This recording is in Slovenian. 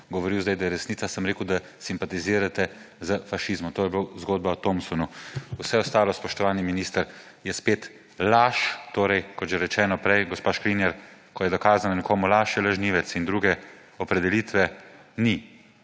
govoril zdaj, da je resnica, sem rekel, da simpatizirate z fašizmom. To je bila zgodba o Thompsonu. Vse ostalo, spoštovani minister, je spet laž. Kot že rečeno, gospa Škrinjar, ko je dokazana nekomu laž, je lažnivec in druge opredelitve ni.